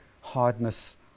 hardness